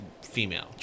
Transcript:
female